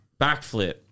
backflip